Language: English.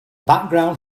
background